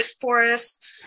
forest